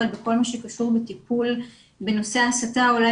אבל בכל מה שקשור בטיפול בנושא ההסתה אולי